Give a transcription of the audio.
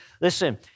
Listen